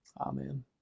Amen